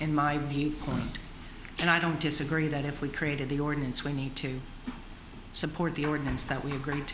in my view and i don't disagree that if we created the ordinance we need to support the ordinance that we agree